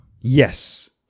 Yes